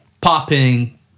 popping